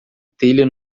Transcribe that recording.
telha